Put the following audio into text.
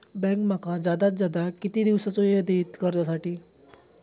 Bank माका जादात जादा किती दिवसाचो येळ देयीत कर्जासाठी?